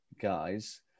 guys